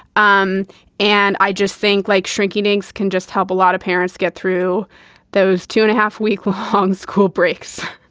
um and i just think, like shrinky ning's can just help a lot of parents get through those two and a half week school breaks